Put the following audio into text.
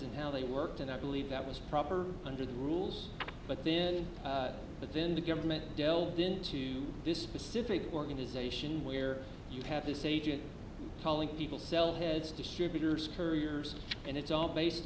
and how they worked and i believe that was proper under the rules but then but then the government delved into this specific organization where you have this agent calling people cell heads distributors couriers and it's all based